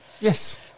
Yes